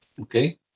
okay